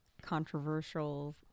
controversial